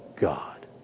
God